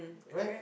right